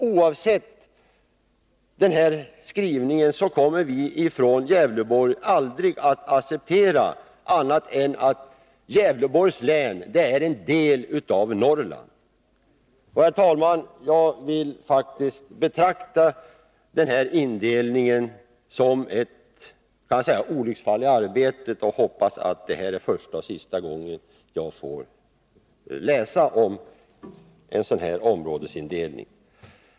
Oavsett skrivningen kommer vi ifrån Gävleborg aldrig att acceptera annat än att Gävleborgs län är en del av Norrland. Herr talman! Jag vill faktiskt betrakta den här landsdelsindelningen som ett olycksfall i arbetet, och jag hoppas att detta är första och sista gången jag får läsa om en sådan.